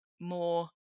more